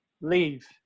leave